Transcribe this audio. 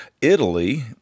Italy